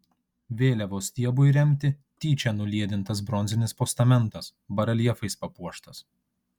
vėliavos stiebui įremti tyčia nuliedintas bronzinis postamentas bareljefais papuoštas